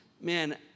Man